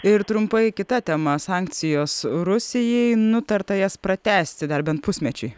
ir trumpai kita tema sankcijos rusijai nutarta jas pratęsti dar bent pusmečiui